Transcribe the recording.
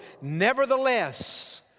Nevertheless